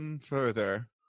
further